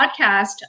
podcast